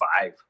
five